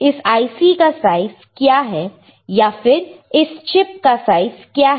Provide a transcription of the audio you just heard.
इस IC का size क्या है या फिर इस चिप का साइज क्या है